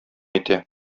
итә